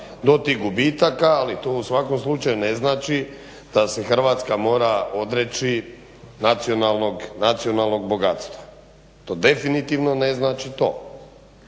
do tih gubitaka. Ali to u svakom slučaju ne znači da se Hrvatska mora odreći nacionalnog bogatstva. To definitivno ne znači to.